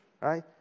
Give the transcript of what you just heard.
Right